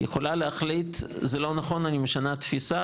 היא יכולה להחליט "זה לא נכון אני משנה תפיסה,